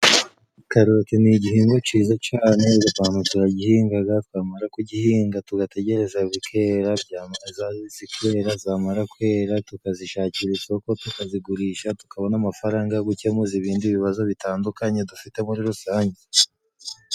Karoti ni igihingwa ciza cane abanyarwanda turagihingaga twamara kugihinga tugategereza bikera zamara kwera tukazishakira isoko tukazigurisha tukabona amafaranga yo gukemuza ibindi bibazo bitandukanye dufite muri rusange.